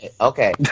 Okay